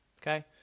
Okay